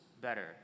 better